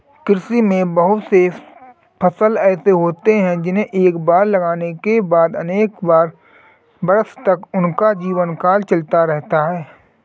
कृषि में बहुत से फसल ऐसे होते हैं जिन्हें एक बार लगाने के बाद अनेक वर्षों तक उनका जीवनकाल चलता रहता है